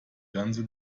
ganze